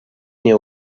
nie